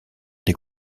des